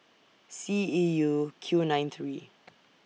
C E U Q nine three